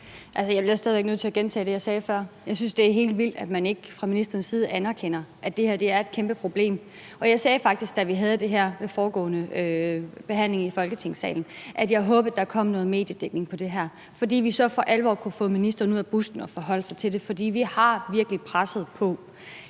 jeg bliver stadig væk nødt til at gentage det, jeg sagde før. Jeg synes, det er helt vildt, at man ikke fra ministerens side anerkender, at det her er et kæmpeproblem, og jeg sagde faktisk, da vi havde det her ved den foregående behandling i Folketingssalen, at jeg håbede, at der kom noget mediedækning på det her, fordi vi så for alvor kunne have fået ministeren ud af busken og forholde sig til det. For vi har virkelig presset på